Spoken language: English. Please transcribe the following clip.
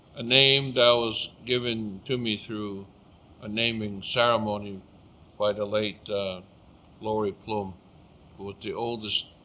a name that was given to me through a naming ceremony by the late lori plume who was the oldest